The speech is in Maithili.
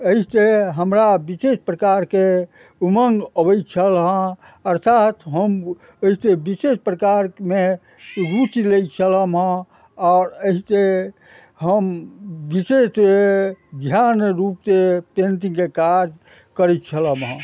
अहिसँ हमरा विशेष प्रकारके उमङ्ग अबय छल हँ अर्थात हम अहिसँ विशेष प्रकारमे रुचि लै छलहुँ हँ आओर एहिसँ हम विशेष ध्यान रूपसँ पेन्टिंगके काज करय छलहुँ हँ